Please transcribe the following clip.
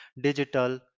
digital